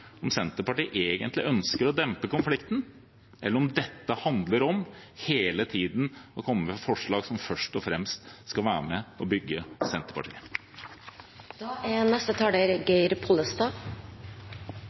om Senterpartiet egentlig ønsker å dempe konflikten, eller om dette handler om hele tiden å komme med forslag som først og fremst skal være med på å bygge